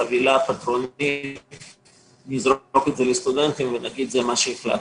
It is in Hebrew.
גישה פטרונית של לזרוק את זה לסטודנטים ולהגיד: זה מה שהחלטנו.